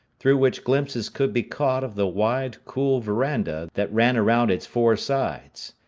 through which glimpses could be caught of the wide cool veranda that ran around its four sides.